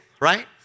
right